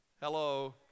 hello